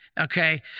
okay